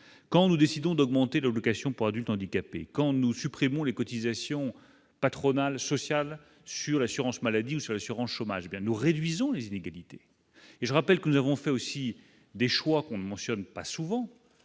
quand nous décidons d'augmenter l'occasion pour adultes handicapés quand nous supprimons les cotisations patronales sociales sur l'assurance maladie ou sur l'assurance chômage bien nous réduisons les inégalités et je rappelle que nous avons fait aussi des choix qu'on ne mentionne pas souvent